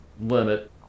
limit